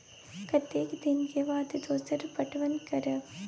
कतेक दिन के बाद दोसर पटवन करब?